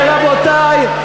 ורבותי,